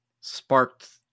sparked